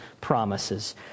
promises